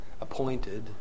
appointed